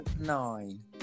nine